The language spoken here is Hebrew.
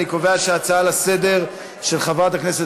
אני קובע שההצעה לסדר-היום של חברת הכנסת